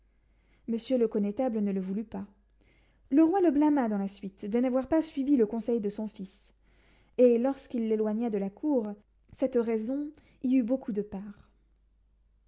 monsieur le connétable ne le voulut pas le roi le blâma dans la suite de n'avoir pas suivi le conseil de son fils et lorsqu'il l'éloigna de la cour cette raison y eut beaucoup de part